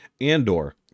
andor